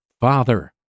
father